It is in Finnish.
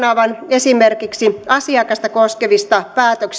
esimerkiksi asiakasta koskevista päätöksistä